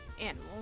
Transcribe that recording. animal